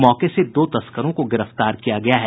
मौके से दो तस्करों को गिरफ्तार किया गया है